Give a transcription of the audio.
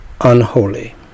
unholy